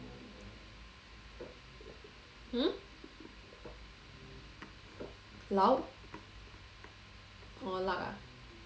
hmm lauk orh luck ah